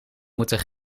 moeten